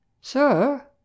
Sir